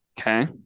Okay